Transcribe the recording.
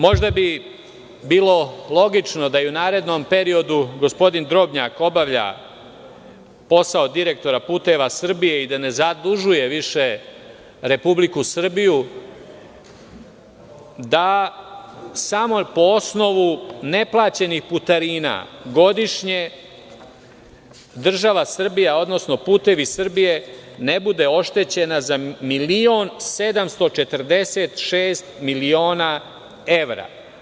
Možda bi bilo logično da i u narednom periodu gospodin Drobnjak obavlja posao direktora "Putevi Srbije" i ne zadužuje više Republiku Srbiju, da samo po osnovu neplaćenih putarina godišnje država Srbija, odnosno "Putevi Srbije" ne bude oštećena za milion 746 miliona evra.